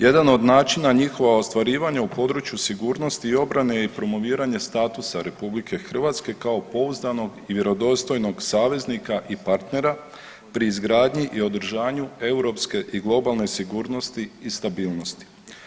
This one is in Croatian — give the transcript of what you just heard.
Jedan od načina njihova ostvarivanja u području sigurnosti i obrane je promoviranje statusa RH kao pouzdanog i vjerodostojnog saveznika i partnera pri izgradnji i održanju europske i globalne sigurnosti i stabilnosti.